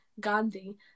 Gandhi